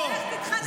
אתה חותר תחתיי.